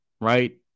right